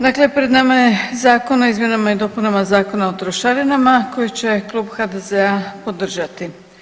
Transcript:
Dakle, pred nama je Zakon o izmjenama i dopunama Zakona o trošarinama koji će Klub HDZ-a podržati.